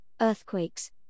earthquakes